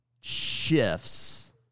shifts